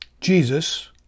Jesus